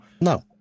No